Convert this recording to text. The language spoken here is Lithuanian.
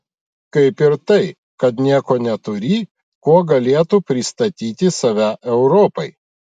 kaip ir tai kad nieko neturi kuo galėtų pristatyti save europai